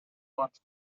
much